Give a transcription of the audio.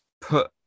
put